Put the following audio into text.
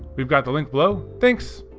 we've got the link below, thanks!